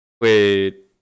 Wait